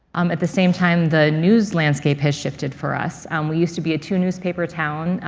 um at the same time, the news landscape has shifted for us. and we used to be a two-newspaper town.